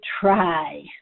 try